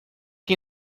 que